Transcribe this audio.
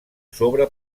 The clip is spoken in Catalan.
sobre